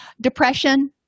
Depression